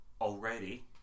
already